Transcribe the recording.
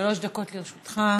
שלוש דקות לרשותך.